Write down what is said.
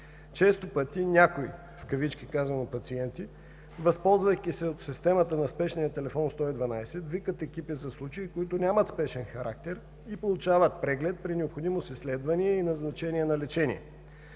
Често пъти някои, в кавички казано, пациенти, възползвайки се от системата на спешния телефон 112, викат екипи за случаи, които нямат спешен характер, и получават преглед, при необходимост изследвания и назначение на лечение.